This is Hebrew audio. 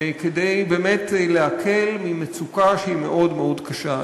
כדי באמת להקל ממצוקה שהיא מאוד מאוד קשה.